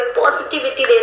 positivity